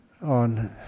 on